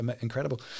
incredible